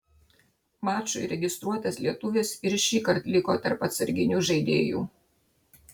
mačui registruotas lietuvis ir šįkart liko tarp atsarginių žaidėjų